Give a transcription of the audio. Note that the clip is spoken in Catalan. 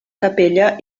capella